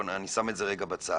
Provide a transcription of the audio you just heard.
אני שם את זה רגע בצד,